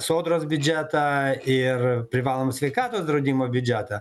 sodros biudžetą ir privalomo sveikatos draudimo biudžetą